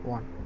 One